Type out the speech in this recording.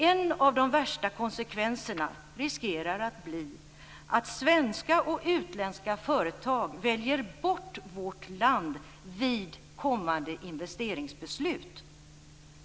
En av de värsta konsekvenserna riskerar att bli att svenska och utländska företag väljer bort vårt land vid kommande investeringsbeslut.